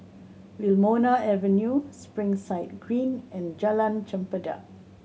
Wilmonar Avenue Springside Green and Jalan Chempedak